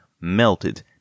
melted